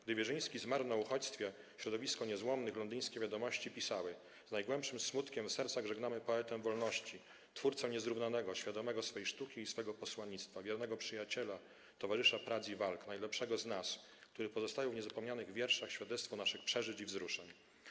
Gdy Wierzyński zmarł na uchodźstwie, środowiska niezłomnych, londyńskie „Wiadomości” pisały: Z najgłębszym smutkiem w sercach żegnamy poetę wolności, twórcę niezrównanego, świadomego swojej sztuki i swojego posłannictwa, wiernego przyjaciela, towarzysza prac i walk, najlepszego z nas, który pozostawił w niezapomnianych wierszach świadectwo naszych przeżyć i wzruszeń.